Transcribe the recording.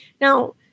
Now